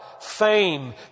fame